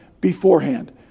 beforehand